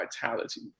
vitality